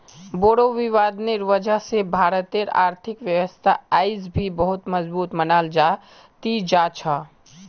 बोड़ो विद्वानेर वजह स भारतेर आर्थिक व्यवस्था अयेज भी बहुत मजबूत मनाल जा ती जा छ